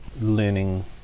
learning